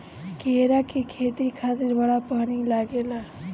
केरा के खेती खातिर बड़ा पानी लागेला